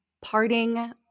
parting